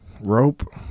rope